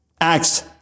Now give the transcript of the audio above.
Acts